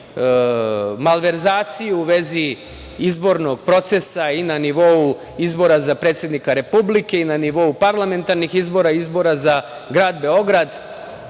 malverzaciji u vezi izbornog procesa i na nivou izbora za predsednika Republike i na nivou parlamentarnih izbora, izbora za grad Beograd,